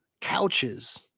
couches